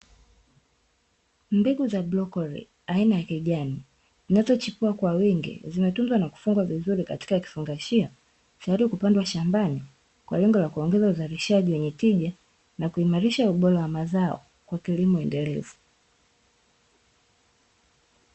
Mbegu za brokoli aina ya kijani zinazochipua kwa wingi, zinatunzwa na kufungwa vizuri katika kifungashio, zinarudi kupandwa shambani kwa lengo la kuongeza uzalishaji wenye tija na kuimarisha ubora wa mazao kwa kilimo endelevu.